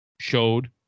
showed